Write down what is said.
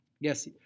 Yes